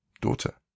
Daughter